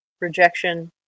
rejection